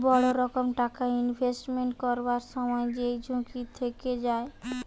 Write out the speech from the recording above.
বড় রকম টাকা ইনভেস্টমেন্ট করবার সময় যেই ঝুঁকি থেকে যায়